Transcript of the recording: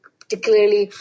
particularly